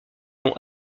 dont